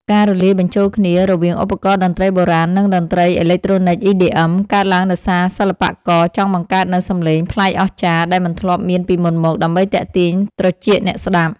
ការលាយបញ្ចូលគ្នារវាងឧបករណ៍តន្ត្រីបុរាណ និងតន្ត្រីអេឡិចត្រូនិក EDM កើតឡើងដោយសារសិល្បករចង់បង្កើតនូវសំឡេងប្លែកអស្ចារ្យ ដែលមិនធ្លាប់មានពីមុនមក ដើម្បីទាក់ទាញត្រចៀកអ្នកស្ដាប់។